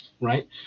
Right